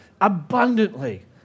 abundantly